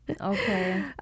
Okay